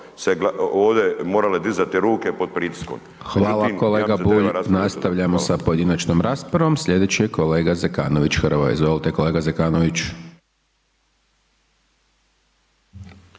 Hvala kolega Bulj, nastavljamo sa pojedinačnoj raspravom, slijedeći je kolega Zekanović Hrvoje. Izvolite, kolega Zekanović.